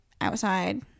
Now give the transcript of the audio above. outside